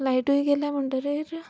लायटूय गेल्या म्हणटरीर